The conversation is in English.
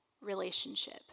relationship